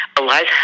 Eliza